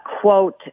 quote